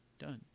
Done